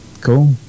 cool